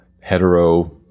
hetero